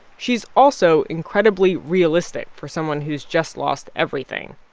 she's also incredibly realistic for someone who's just lost everything.